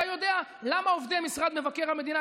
אתה יודע למה עובדי משרד מבקר המדינה,